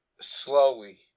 slowly